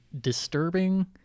disturbing